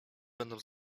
będą